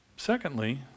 Secondly